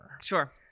Sure